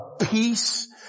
peace